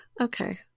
Okay